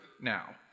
now